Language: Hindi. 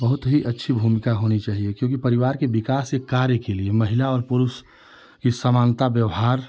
बहुत ही अच्छी भूमिका होनी चाहिए क्योंकि परिवार के विकास के कार्य के लिए महिला और पुरुष की समानता व्यवहार